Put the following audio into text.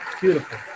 beautiful